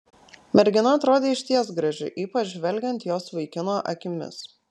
mergina atrodė išties graži ypač žvelgiant jos vaikino akimis